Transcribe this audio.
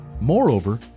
Moreover